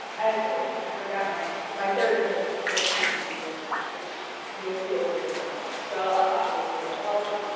oh, i forgot, my my third one was fourteenth century venice, which you'll see a little bit more about. so i'll talk a little bit about all of these.